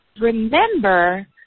remember